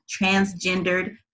transgendered